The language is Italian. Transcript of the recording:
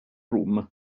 rum